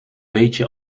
weetje